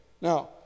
Now